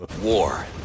War